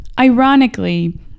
ironically